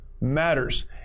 matters